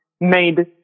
made